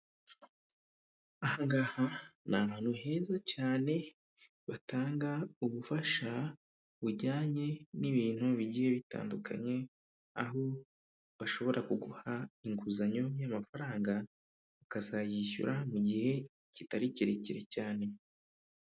Ahangaha ni ahantu heza cyane batanga ubufasha bujyanye n'ibintu bigiye bitandukanye, aho bashobora kuguha inguzanyo y'amafaranga, ukazayishyura mu gihe kitari kirekire cyane.